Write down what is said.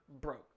Broke